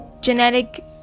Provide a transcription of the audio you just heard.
genetic